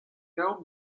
daou